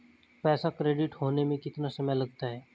पैसा क्रेडिट होने में कितना समय लगता है?